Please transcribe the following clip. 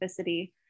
specificity